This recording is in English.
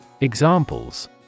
Examples